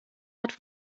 hat